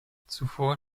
zuvor